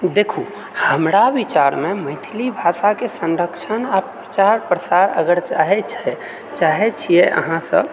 देखू हमरा विचारमे मैथिली भाषाके संरक्षण आ प्रचार प्रसार अगर चाहै छै चाहै छिऐ अहाँ सब